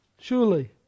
Surely